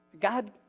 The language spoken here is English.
God